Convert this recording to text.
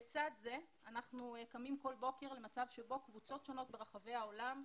לצד זה אנחנו קמים כל בוקר למצב שבו קבוצות שונות ברחבי העולם,